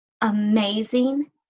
amazing